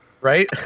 Right